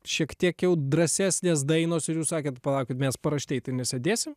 šiek tiek jau drąsesnės dainos ir jūs sakėte palaukit mes paraštėj tai nesėdėsim